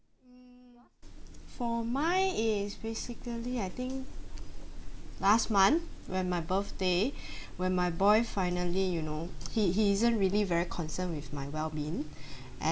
for mine is basically I think last month when my birthday when my boy finally you know he he isn't really very concerned with my well being and